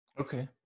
Okay